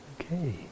okay